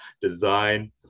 design